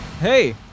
hey